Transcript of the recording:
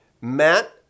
Matt